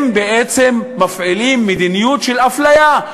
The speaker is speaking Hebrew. הם בעצם מפעילים מדיניות של אפליה,